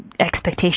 expectation